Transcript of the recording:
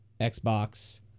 Xbox